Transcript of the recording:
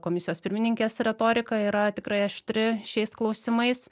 komisijos pirmininkės retorika yra tikrai aštri šiais klausimais